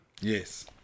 Yes